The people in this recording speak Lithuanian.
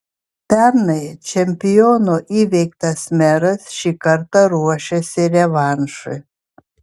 pernai čempiono įveiktas meras šį kartą ruošiasi revanšui